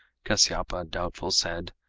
kasyapa doubtful said,